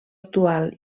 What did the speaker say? actual